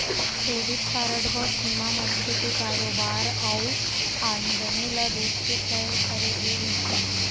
credit card म सीमा मनखे के कारोबार अउ आमदनी ल देखके तय करे गे रहिथे